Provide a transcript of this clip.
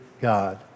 God